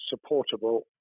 supportable